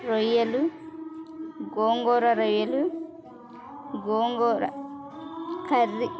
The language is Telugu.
రొయ్యలు గోంగూర రొయ్యలు గోంగూర కర్రీ